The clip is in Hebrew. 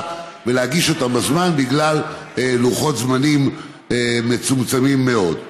ולהגיש אותן בזמן בגלל לוחות זמנים מצומצמים מאוד,